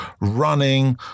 running